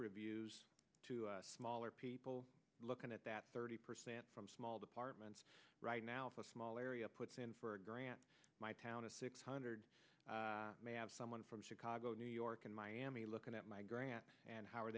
review to smaller people looking at that thirty percent from small departments right now the small area puts in for a grant my town of six hundred may have someone from chicago new york and miami looking at my grant and how are